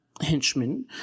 henchmen